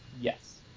Yes